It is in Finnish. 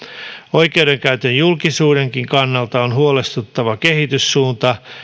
oikeudenkäytön julkisuudenkin kannalta on huolestuttava kehityssuunta